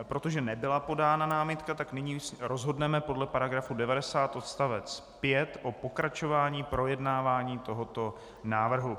Protože nebyla podána námitka, nyní rozhodneme podle § 90 odst. 5 o pokračování projednávání tohoto návrhu.